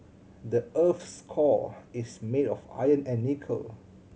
the earth's core is made of iron and nickel